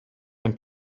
ein